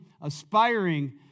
Aspiring